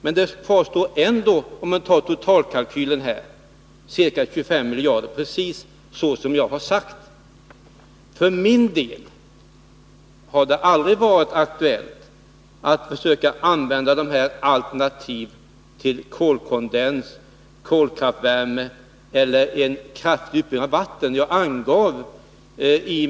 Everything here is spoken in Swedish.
Men det kvarstår ändå, om man ser på totalkalkylen, ca 25 miljarder — precis som jag har sagt. För min del har det aldrig varit aktuellt att försöka föra fram sådana alternativ som kolkondensanläggningar, kolkraftvärmeverk eller en kraftig utbyggnad av vattenkraften.